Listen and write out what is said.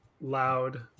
loud